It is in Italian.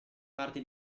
parte